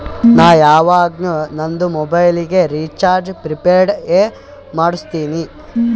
ನಾ ಯವಾಗ್ನು ನಂದ್ ಮೊಬೈಲಗ್ ರೀಚಾರ್ಜ್ ಪ್ರಿಪೇಯ್ಡ್ ಎ ಮಾಡುಸ್ತಿನಿ